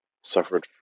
suffered